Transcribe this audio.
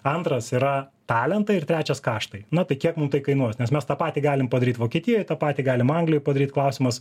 antras yra talentai ir trečias kaštai na tai kiek mum tai kainuos nes mes tą patį galim padaryt vokietijoj tą patį galim anglijoj padaryt klausimas